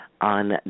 on